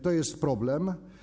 To jest problem.